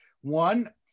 one